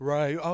Right